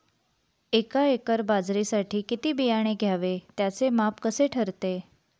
एका एकर बाजरीसाठी किती बियाणे घ्यावे? त्याचे माप कसे ठरते?